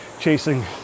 chasing